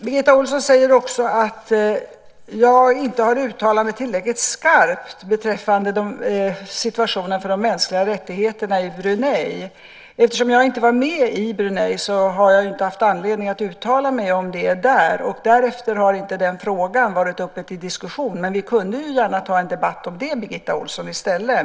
Birgitta Ohlsson säger också att jag inte har uttalat mig tillräckligt skarpt beträffande situationen för de mänskliga rättigheterna i Brunei. Eftersom jag inte var med i Brunei har jag inte haft anledning att uttala mig där om det, och därefter har inte frågan varit uppe till diskussion. Vi kunde gärna ta en debatt om det i stället, Birgitta Ohlsson!